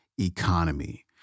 economy